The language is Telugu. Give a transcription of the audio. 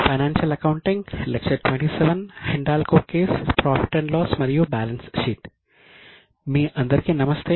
మీ అందరికీ నమస్తే